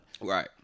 right